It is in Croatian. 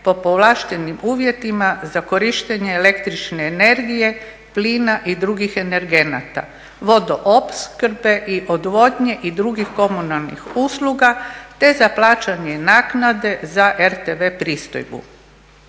po povlaštenim uvjetima za korištenje el.enegije, plina i drugih energenata vodoopskrbe i odvodnje i drugih komunalnih usluga, te za plaćanje naknade za RTV pristojbu.